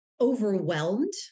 overwhelmed